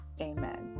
amen